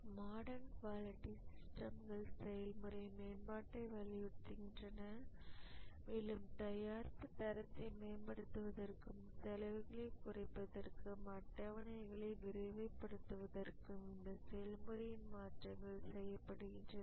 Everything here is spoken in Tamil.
மாடர்ன குவாலிட்டி சிஸ்டம்கள் செயல்முறை மேம்பாட்டை வலியுறுத்துகின்றன மேலும் தயாரிப்பு தரத்தை மேம்படுத்துவதற்கும் செலவுகளைக் குறைப்பதற்கும் அட்டவணைகளை விரைவுபடுத்துவதற்கும் இந்த செயல்முறையில் மாற்றங்கள் செய்யப்படுகின்றன